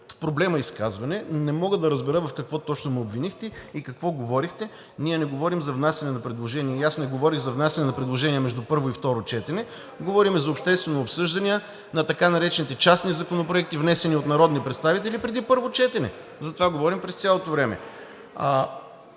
проблема. Не мога да разбера в какво точно ме обвинихте и какво говорехте. Ние не говорим за внасяне на предложения и аз не говоря за внасяне на предложения между първо и второ четене. Говорим за обществени обсъждания на така наречените частни законопроекти, внесени от народни представители преди първо четене. Затова говорим през цялото време.